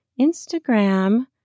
Instagram